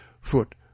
foot